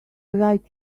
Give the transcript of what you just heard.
right